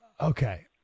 Okay